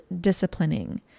disciplining